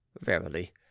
Verily